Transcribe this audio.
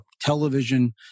television